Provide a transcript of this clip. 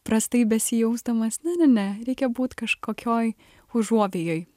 prastai besijausdamas ne ne ne reikia būt kažkokioj užuovėjoj